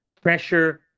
pressure